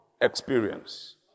experience